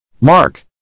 Mark